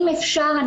אם אפשר,